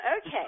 okay